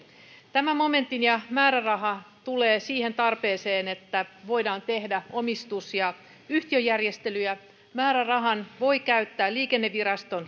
tämä momentti ja määräraha tulevat siihen tarpeeseen että voidaan tehdä omistus ja yhtiöjärjestelyjä määrärahan voi käyttää liikenneviraston